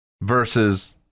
versus